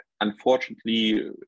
Unfortunately